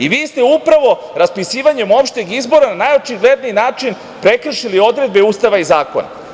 Vi ste upravo raspisivanjem opšteg izbora na najočigledniji način prekršili odredbe Ustava i zakona.